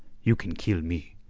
you can kill me.